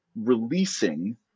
releasing